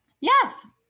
Yes